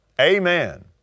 Amen